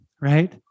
right